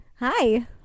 Hi